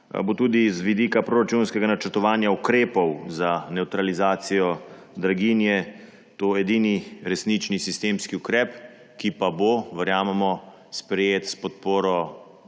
bo tudi z vidika proračunskega načrtovanja ukrepov za nevtralizacijo draginje to edini resnično sistemski ukrep, ki pa bo, verjamemo, sprejet s podporo